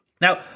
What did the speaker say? now